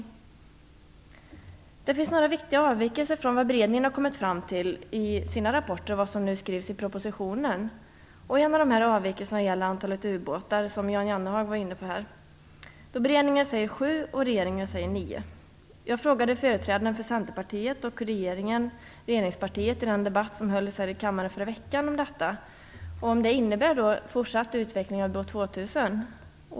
I propositionen finns det några viktiga avvikelser från vad beredningen kommit fram till i sina rapporter. En av dessa avvikelser gäller antalet ubåtar, som Jan Jennehag var inne på. Beredningen säger sju och regeringen säger nio. Jag frågade företrädarna för Centerpartiet och regeringspartiet i den debatt som hölls här i kammaren i förra veckan om detta. Jag frågade om det innebär en fortsatt utveckling av Ubåt 2000.